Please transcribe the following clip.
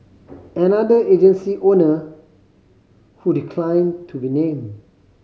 another agency owner who declined to be named